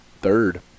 third